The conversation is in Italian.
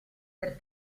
per